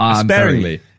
sparingly